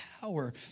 power